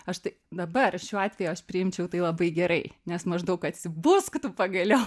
aš tai dabar šiuo atveju aš priimčiau tai labai gerai nes maždaug atsibusk tu pagaliau